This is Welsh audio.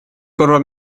gorfod